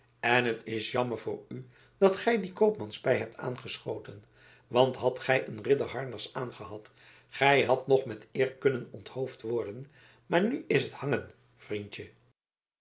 en het is jammer voor u dat gij die koopmanspij hebt aangeschoten want hadt gij een ridderharnas aangehad gij hadt nog met eer kunnen onthoofd worden maar nu is het hangen vriendje